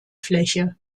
fläche